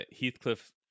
heathcliff